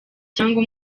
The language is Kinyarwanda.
cyangwa